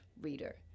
reader